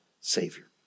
Savior